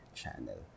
channel